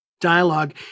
dialogue